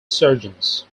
surgeons